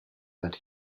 that